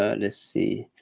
ah let's see.